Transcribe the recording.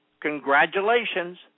Congratulations